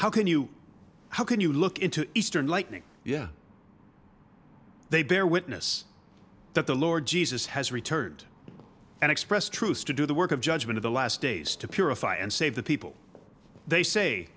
how can you how can you look into eastern lightning yeah they bear witness that the lord jesus has returned and expressed truths to do the work of judgement the last days to purify and save the people they say